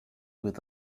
with